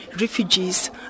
refugees